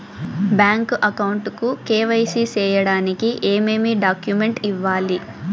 Bank account కు KYC సేయడానికి ఏమేమి డాక్యుమెంట్ ఇవ్వాలి?